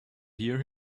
hear